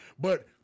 But-